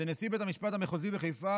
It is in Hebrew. בעיתון ישראל היום שנשיא בית המשפט המחוזי בחיפה,